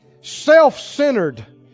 self-centered